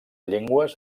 llengües